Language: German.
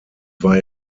war